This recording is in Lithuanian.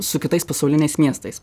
su kitais pasauliniais miestais